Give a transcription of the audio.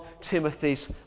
Timothy's